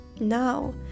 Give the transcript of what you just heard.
Now